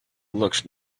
looks